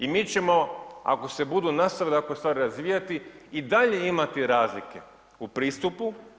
I mi ćemo ako se budu nastavile ovako stvari razvijati i dalje imati razlike u pristupu.